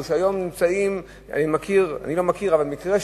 אני מכיר מקרה,